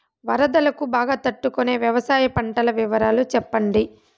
వరదలకు బాగా తట్టు కొనే వ్యవసాయ పంటల వివరాలు చెప్పండి?